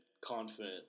confident